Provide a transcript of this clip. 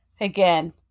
Again